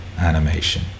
animation